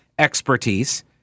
expertise